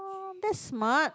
uh that's smart